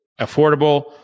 affordable